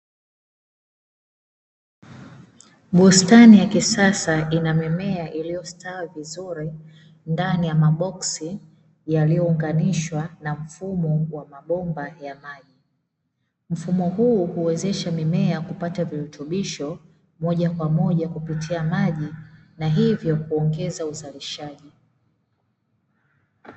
Bustani ya kisasa ina mimea iliyostawi vizuri ndani ya maboksi yaliyounganishwa na mfumo wa mabomba ya maji, mfumo huu huwezesha mimea kupata virutubisho moja kwa moja kupitia maji na hivyo kuongeza uzalishaji.